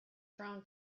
thrown